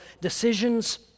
decisions